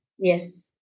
Yes